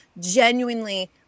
genuinely